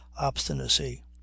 obstinacy